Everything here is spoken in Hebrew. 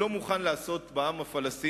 שלא מוכן לעשות פשרות,